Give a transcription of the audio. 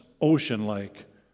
ocean-like